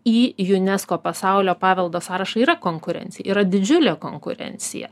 į unesco pasaulio paveldo sąrašą yra konkurencija yra didžiulė konkurencija